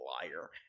Liar